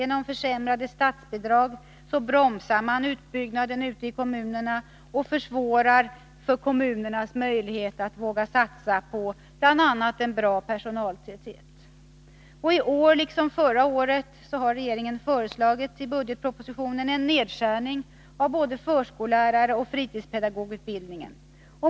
Genom försämrade statsbidrag bromsar man utbyggnaden i kommunerna och försvårar kommunernas möjlighet att satsa på bl.a. en bra personaltäthet. I år liksom förra året har regeringen föreslagit i budgetpropositionen en nedskärning av både förskolläraroch fritidspedagogutbildningen.